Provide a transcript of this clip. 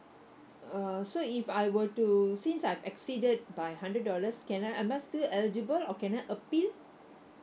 uh so if I were to since I've exceeded by hundred dollars can I am I still eligible or can I appeal